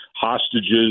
hostages